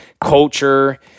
culture